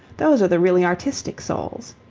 those are the really artistic souls.